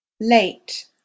late